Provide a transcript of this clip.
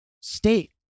state